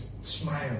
smile